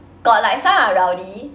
but like some are rowdy